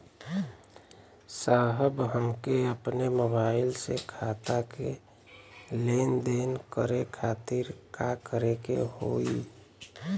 साहब हमके अपने मोबाइल से खाता के लेनदेन करे खातिर का करे के होई?